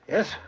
Yes